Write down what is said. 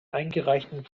eingereichten